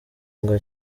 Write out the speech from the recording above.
ngo